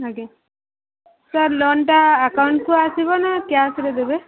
ଆଜ୍ଞା ସାର୍ ଲୋନ୍ଟା ଆକାଉଣ୍ଟ୍କୁ ଆସିବ ନା କ୍ୟାସ୍ରେ ଦେବେ